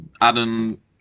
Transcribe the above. Adam